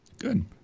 Good